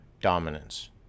dominance